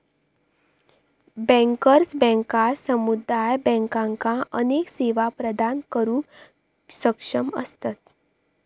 bankers बँका समुदाय बँकांका अनेक सेवा प्रदान करुक सक्षम असतत